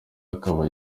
akaba